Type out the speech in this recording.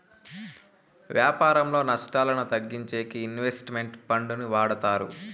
వ్యాపారంలో నష్టాలను తగ్గించేకి ఇన్వెస్ట్ మెంట్ ఫండ్ ని వాడతారు